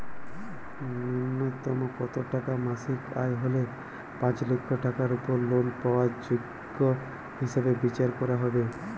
ন্যুনতম কত টাকা মাসিক আয় হলে পাঁচ লক্ষ টাকার উপর লোন পাওয়ার যোগ্য হিসেবে বিচার করা হবে?